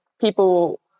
people